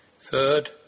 Third